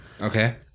Okay